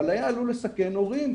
אבל היה עלול לסכן הורים,